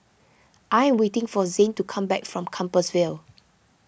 I waiting for Zayne to come back from Compassvale